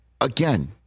Again